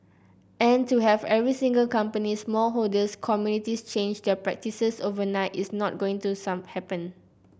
and to have every single company small holders communities change their practices overnight is not going to some happen